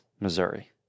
Missouri